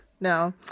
No